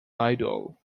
idol